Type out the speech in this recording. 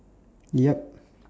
yup